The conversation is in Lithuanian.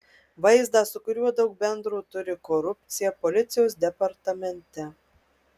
vaizdą su kuriuo daug bendro turi korupcija policijos departamente